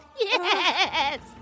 Yes